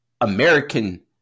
American